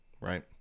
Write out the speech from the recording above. right